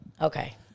Okay